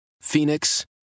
Phoenix